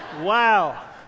Wow